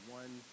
one